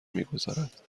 میگذرد